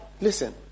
listen